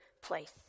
place